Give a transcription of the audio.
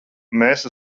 mēs